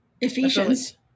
Ephesians